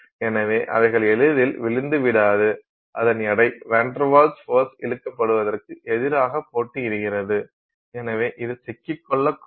எனவே அவைகள் எளிதில் விழுந்துவிடாது அதன் எடை வான் டெர் வால்ஸ் ஃபோர்ஸ் இழுக்கப்படுவதற்கு எதிராக போட்டியிடுகிறது எனவே இது சிக்கிக்கொள்ளக்கூடும்